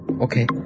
Okay